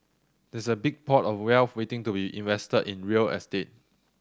there's a big pot of wealth waiting to be invested in real estate